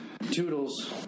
Toodles